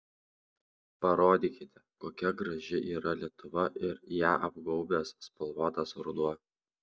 parodykite kokia graži yra lietuva ir ją apgaubęs spalvotas ruduo